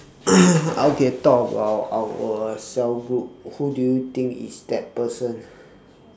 okay talk about our cell group who do you think is that person